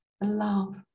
love